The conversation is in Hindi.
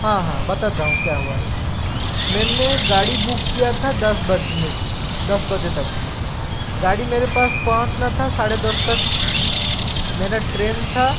हाँ हाँ बताता हूँ क्या हुआ है मैंने गाड़ी बुक किया था दस बजने दस बजे तक गाड़ी मेरे पास पहुँचना था साढ़े दस तक मेरा ट्रेन था